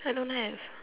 I don't have